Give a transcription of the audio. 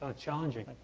ah challenging.